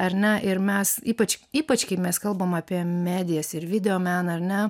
ar ne ir mes ypač ypač kai mes kalbam apie medijas ir videomeną ar ne